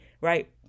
right